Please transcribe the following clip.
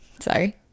Sorry